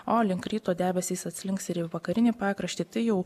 o link ryto debesys atslinks ir į vakarinį pakraštį tai jau